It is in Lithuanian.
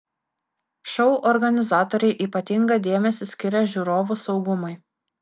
šou organizatoriai ypatingą dėmesį skiria žiūrovų saugumui